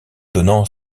donnant